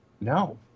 no